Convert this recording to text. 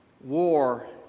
war